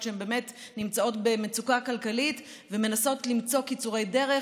שנמצאות במצוקה כלכלית ומנסות למצוא קיצורי דרך,